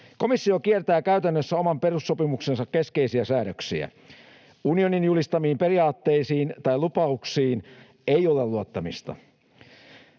Komissio kiertää käytännössä oman perussopimuksensa keskeisiä säädöksiä. Unionin julistamiin periaatteisiin tai lupauksiin ei ole luottamista.